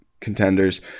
contenders